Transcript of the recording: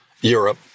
Europe